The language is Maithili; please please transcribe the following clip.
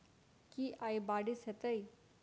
की आय बारिश हेतै?